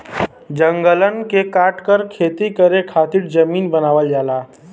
जंगलन के काटकर खेती करे खातिर जमीन बनावल जाला